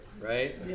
Right